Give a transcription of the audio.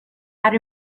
and